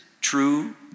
true